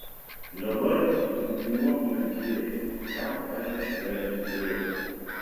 dabar niūniuok man tyliai ką aš išverkti turiu